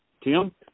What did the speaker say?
Tim